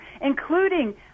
including